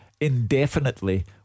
indefinitely